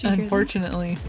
Unfortunately